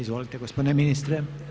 Izvolite gospodine ministre.